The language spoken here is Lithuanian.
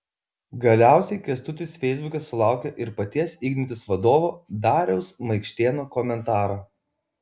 galiausiai kęstutis feisbuke sulaukė ir paties ignitis vadovo dariaus maikštėno komentaro